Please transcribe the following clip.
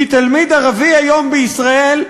כי תלמיד ערבי היום בישראל,